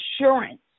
Assurance